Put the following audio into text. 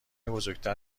بزرگتر